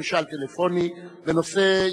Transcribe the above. במשאל טלפוני בנושא,